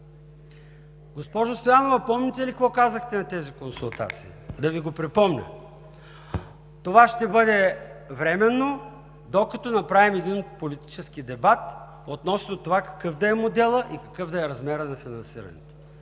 Госпожо Стоянова, помните ли какво казахте на тези консултации? Да Ви го припомня: това ще бъде временно, докато направим един политически дебат относно това какъв да е моделът и какъв да е размерът на финансирането.